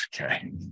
okay